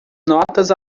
notas